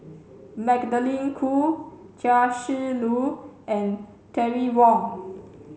Magdalene Khoo Chia Shi Lu and Terry Wong